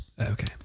Okay